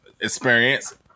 experience